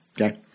okay